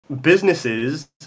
businesses